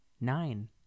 nine